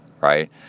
right